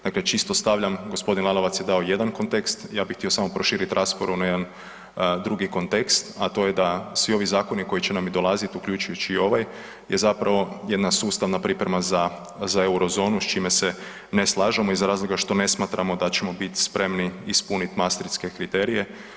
Dakle, čisto stavljam, gospodin Lalovac je dao jedan kontekst, ja bih htio samo proširiti raspravu na jedan drugi kontekst, a to je da svi ovi zakoni koji će nam i dolaziti, uključujući i ovaj je zapravo jedna sustavna priprema za Eurozonu s čime se ne slažemo iz razloga što ne smatramo da ćemo biti spremni ispuniti maastrichtske kriterije.